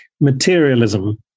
materialism